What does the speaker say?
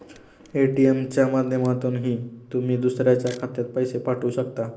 ATM च्या माध्यमातूनही तुम्ही दुसऱ्याच्या खात्यात पैसे पाठवू शकता